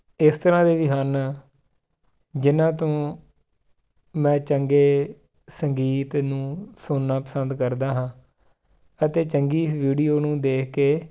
ਇਸ ਤਰ੍ਹਾਂ ਵੀ ਹਨ ਜਿਨ੍ਹਾਂ ਤੋਂ ਮੈਂ ਚੰਗੇ ਸੰਗੀਤ ਨੂੰ ਸੁਣਨਾ ਪਸੰਦ ਕਰਦਾ ਹਾਂ ਅਤੇ ਚੰਗੀ ਵੀਡੀਓ ਨੂੰ ਦੇਖ ਕੇ